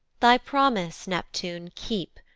thy promise, neptune keep,